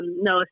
no